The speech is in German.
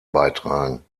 beitragen